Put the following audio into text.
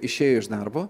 išėjo iš darbo